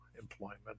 employment